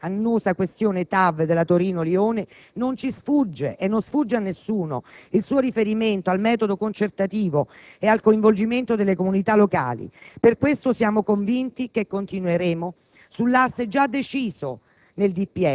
dei Corridoi europei e della Torino-Lione, non ci sfugge e non sfugge a nessuno il suo riferimento al metodo concertativo e al coinvolgimento delle comunità locali. Per questo siamo convinti che continueremo sull'asse già deciso